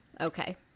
Okay